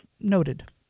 noted